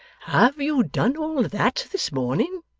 have you done all that, this morning